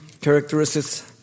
characteristics